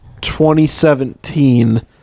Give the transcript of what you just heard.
2017